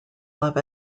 love